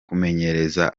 kumenyereza